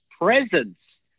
presence